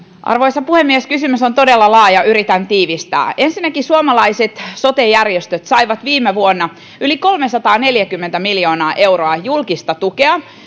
arvoisa puhemies kysymys on todella laaja yritän tiivistää ensinnäkin suomalaiset sote järjestöt saivat viime vuonna yli kolmesataaneljäkymmentä miljoonaa euroa julkista tukea